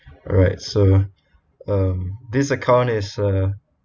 alright so um this account is a